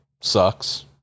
sucks